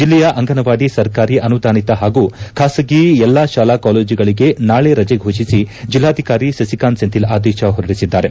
ಜಲ್ಲೆಯ ಅಂಗನವಾಡಿ ಸರ್ಕಾರಿ ಅನುದಾನಿತ ಹಾಗೂ ಖಾಸಗಿ ಎಲ್ಲಾ ಶಾಲಾ ಕಾಲೇಜುಗಳಿಗೆ ನಾಳೆ ರಜೆ ಘೋಷಿಸಿ ಜಿಲ್ಲಾಧಿಕಾರಿ ಸಸಿಕಾಂತ್ ಸೆಂಥಿಲ್ ಆದೇಶ ಹೊರಡಿಸಿದ್ದಾರೆ